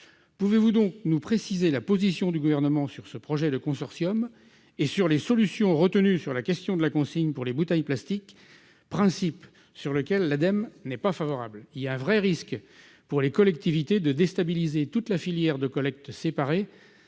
pouvez-vous donc nous préciser la position du gouvernement sur ce projet, le consortium et sur les solutions retenues sur la question de la consigne pour les bouteilles plastiques principe sur lequel la dame n'est pas favorable, il y a un vrai risque pour les collectivités de déstabiliser toute la filière de collecte séparée